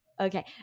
Okay